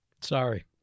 Sorry